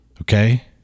Okay